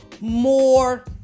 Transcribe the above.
more